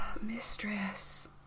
mistress